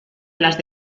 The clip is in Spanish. las